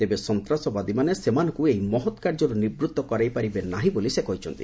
ତେବେ ସନ୍ତାସବାଦୀମାନେ ସେମାନଙ୍କ ଏହି ମହତ୍ କାର୍ଯ୍ୟରୁ ନିବୃତ୍ତ କରାଇ ପାରିବେ ନାହିଁ ବୋଲି ସେ କହିଛନ୍ତି